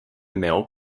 mill